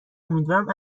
امیدوارم